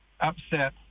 upset